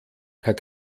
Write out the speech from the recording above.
herr